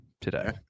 today